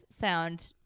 sound